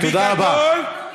בגדול,